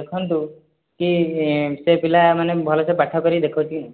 ଦେଖନ୍ତୁ କି ସେ ପିଲାମାନେ ଭଲସେ ପାଠ କରିକି ଦେଖାଉଛି